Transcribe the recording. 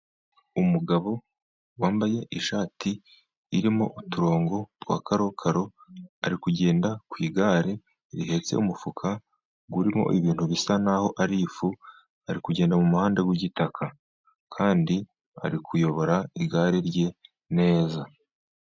Umugabo wambaye ishati irimo uturongo twa karokaro, ari kugenda ku igare rihetse umufuka urimo ibintu bisa naho ari ifu, ari kugenda mu muhanda wigitaka kandi ari kuyobora igare rye neza.